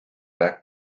back